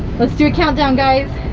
let's do a countdown guys.